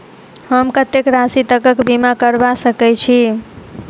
हम कत्तेक राशि तकक बीमा करबा सकै छी?